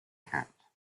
capped